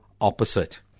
opposite